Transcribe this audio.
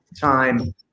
time